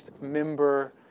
member